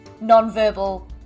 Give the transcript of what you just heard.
non-verbal